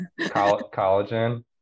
collagen